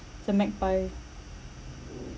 the magpie